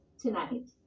tonight